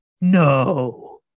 No